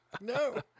no